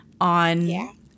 on